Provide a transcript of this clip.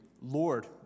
Lord